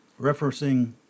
referencing